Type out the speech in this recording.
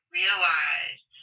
realized